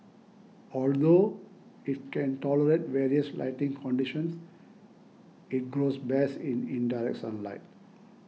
although it can tolerate various lighting conditions it grows best in indirect sunlight